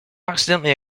accidentally